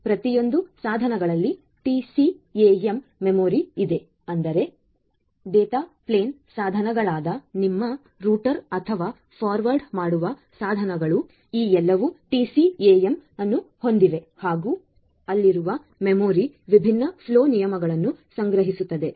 ಈ ಪ್ರತಿಯೊಂದು ಸಾಧನಗಳಲ್ಲಿ TCAM ಮೆಮೊರಿ ಇದೆ ಅಂದರೆ ಡೇಟಾ ಪ್ಲೇನ್ ಸಾಧನಗಳಾದ ನಿಮ್ಮ ರೂಟರ್ ಅಥವಾ ಫಾರ್ವರ್ಡ್ ಮಾಡುವ ಸಾಧನಗಳು ಈ ಎಲ್ಲವೂ TCAM ಅನ್ನು ಹೊಂದಿವೆ ಹಾಗೂ ಅಲ್ಲಿರುವ ಮೆಮೊರಿ ವಿಭಿನ್ನ ಫ್ಲೋ ನಿಯಮಗಳನ್ನು ಸಂಗ್ರಹಿಸುತ್ತದೆ